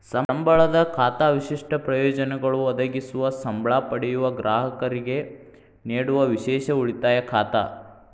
ಸಂಬಳದ ಖಾತಾ ವಿಶಿಷ್ಟ ಪ್ರಯೋಜನಗಳು ಒದಗಿಸುವ ಸಂಬ್ಳಾ ಪಡೆಯುವ ಗ್ರಾಹಕರಿಗೆ ನೇಡುವ ವಿಶೇಷ ಉಳಿತಾಯ ಖಾತಾ